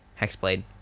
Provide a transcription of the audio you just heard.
hexblade